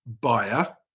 buyer